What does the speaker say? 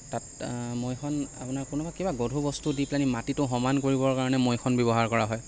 তাত মৈখন আপোনাৰ কোনোবা কিবা গধুৰ বস্তু দি পেলাই মাটিটো সমান কৰিবৰ কাৰণে মৈখন ব্যৱহাৰ কৰা হয়